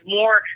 more